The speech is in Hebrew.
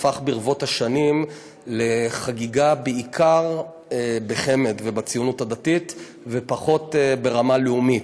הפך ברבות השנים לחגיגה בעיקר בחמ"ד ובציונות הדתית ופחות ברמה לאומית.